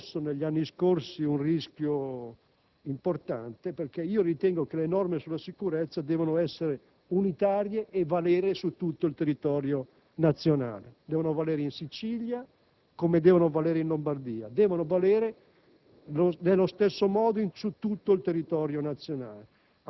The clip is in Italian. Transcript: signor Presidente, ritengo che abbiamo corso negli anni passati un rischio importante perché le norme sulla sicurezza devono essere unitarie e valere su tutto il territorio nazionale. Devono valere in Sicilia